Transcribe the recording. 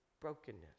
brokenness